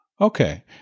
Okay